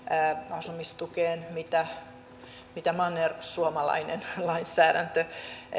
asumistukeen mitä mitä mannersuomalainen lainsäädäntö